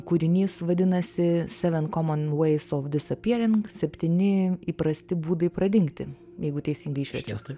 kūrinys vadinasi seven common ways of dissapearing septyni įprasti būdai pradingti jeigu teisingai išeities taip